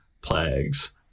plagues